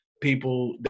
people